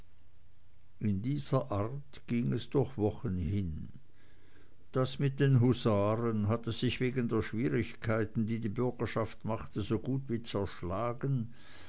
in dieser art ging es durch wochen hin das mit den husaren hatte sich wegen der schwierigkeiten die die bürgerschaft machte so gut wie zerschlagen